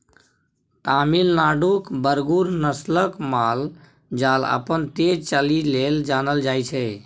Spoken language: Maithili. तमिलनाडुक बरगुर नस्लक माल जाल अपन तेज चालि लेल जानल जाइ छै